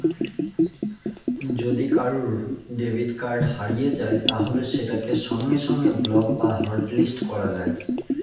যদি কারুর debit card হারিয়ে যায় তাহলে সেটাকে সঙ্গে সঙ্গে ব্লক বা হটলিস্ট করা যায়